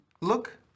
Look